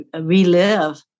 relive